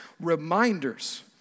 reminders